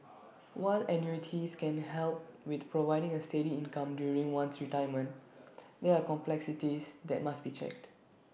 while annuities can help with providing A steady income during one's retirement there are complexities that must be checked